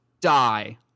die